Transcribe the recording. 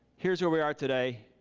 here's where we are today,